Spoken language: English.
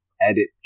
edit